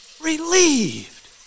Relieved